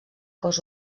cos